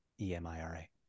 E-M-I-R-A